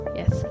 yes